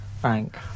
Frank